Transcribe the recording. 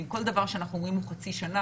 אם כל דבר שאנחנו אומרים הוא חצי שנה,